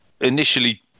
initially